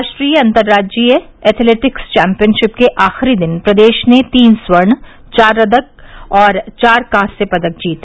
राष्ट्रीय अतंराज्यीय athletics championship के आखिरी दिन प्रदेश ने तीन स्वर्ण चार रजत और चार कांस्य पदक जीते